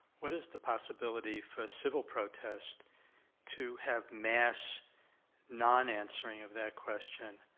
what is the possibility for a civil protest to have mass non-answering of that question,